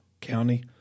county